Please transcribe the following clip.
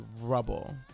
Rubble